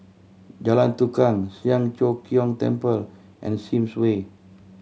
Jalan Tukang Siang Cho Keong Temple and Sims Way